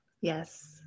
Yes